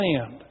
land